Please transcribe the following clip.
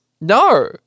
No